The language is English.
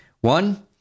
One